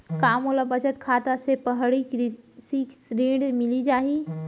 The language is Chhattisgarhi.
का मोला बचत खाता से पड़ही कृषि ऋण मिलिस जाही?